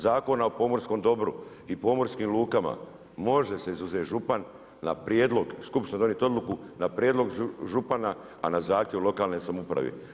Zakona o pomorskom dobru i pomorskim lukama može se izuzeti župan na prijedlog, skupština će donijeti odluku, na prijedlog župana a na zahtjev lokalne samouprave.